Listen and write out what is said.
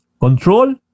control